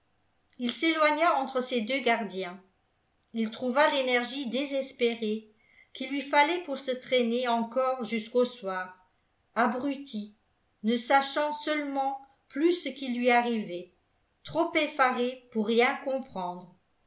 ii s'éloigna entre ses deux gardiens ii trouva l'énergie désespérée qu'il lui fallait pour se traîner encore jusqu'au soir abruti ne sachant seulement plus ce qui lui arrivait trop effaré pour rien comprendre